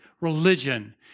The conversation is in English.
religion